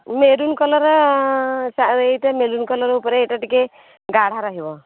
maroon କଲର୍ର ଏଇଟା maroon colour ଉପରେ ଏଇଟା ଟିକିଏ ଗାଢା ରହିବ